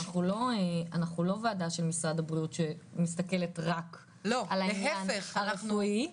אנחנו לא ועדה של משרד הבריאות שמסתכלת רק על העניין הרפואי-בריאותו.